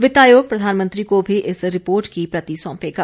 वित्त आयोग प्रधानमंत्री को भी इस रिपोर्ट की प्रति सौंपेगा